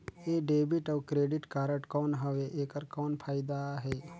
ये डेबिट अउ credit card कौन हवे एकर कौन फाइदा हे?